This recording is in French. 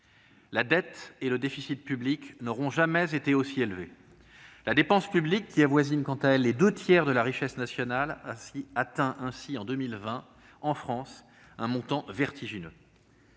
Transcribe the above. la dette et le déficit publics n'auront jamais été aussi élevés. La dépense publique, qui avoisine quant à elle les deux tiers de la richesse nationale, atteint, en 2020, en France, un montant vertigineux.